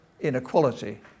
inequality